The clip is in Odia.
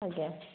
ଆଜ୍ଞା